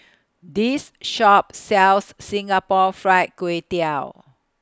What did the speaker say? This Shop sells Singapore Fried Kway Tiao